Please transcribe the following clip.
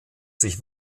sich